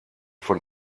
von